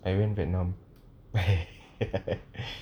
I went vietnam